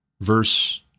Verse